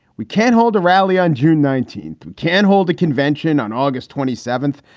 we can't hold a rally on june nineteenth. can hold a convention on august twenty seventh.